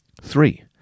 Three